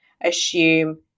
assume